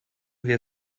wir